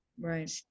Right